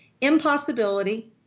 impossibility